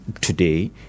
today